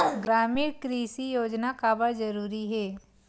ग्रामीण कृषि योजना काबर जरूरी हे?